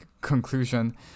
conclusion